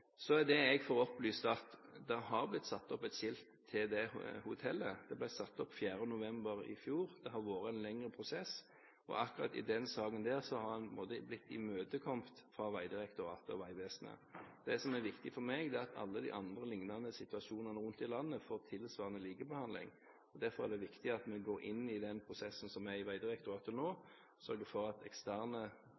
det jeg får opplyst, blitt satt opp et skilt til dette hotellet. Det ble satt opp den 4. november i fjor. Det har vært en lengre prosess, og akkurat i denne saken har en blitt imøtekommet av Vegdirektoratet og Vegvesenet. Det som er viktig for meg, er at alle de andre med lignende situasjoner rundt om i landet får tilsvarende likebehandling. Derfor er det viktig at vi går inn i den prosessen som er i Vegdirektoratet nå,